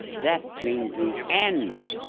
death means the end,